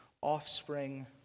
offspring